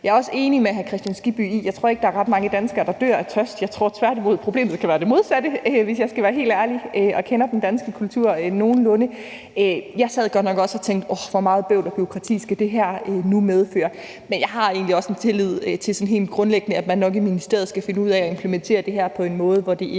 Jeg er også enig med hr. Hans Kristian Skibby i, at der nok ikke er ret mange danskere, der dør af tørst; jeg tror tværtimod, at problemet kan være det modsatte, hvis jeg skal være helt ærlig, og hvis jeg kender den danske kultur nogenlunde ret. Jeg sad godt nok også og tænkte: Hvor meget bøvl og bureaukrati skal det her nu medføre? Men jeg har egentlig også sådan helt grundlæggende en tillid til, at man nok i ministeriet skal finde ud af at implementere det på en måde, hvor det ikke